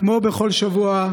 כמו בכל שבוע,